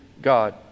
God